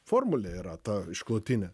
formulė yra ta išklotinė